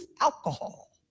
alcohol